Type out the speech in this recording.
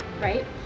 right